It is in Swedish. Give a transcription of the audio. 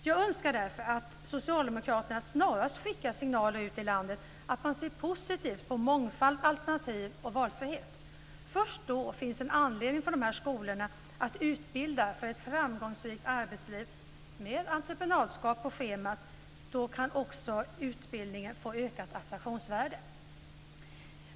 Jag önskar därför att socialdemokraterna snarast skickar signaler ut i landet att de ser positivt på mångfald, alternativ och valfrihet. Först då finns en anledning för skolorna att utbilda för ett framgångsrikt arbetsliv med entreprenadskap på schemat, och då kan utbildningen också få ökat attraktionsvärde.